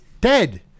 dead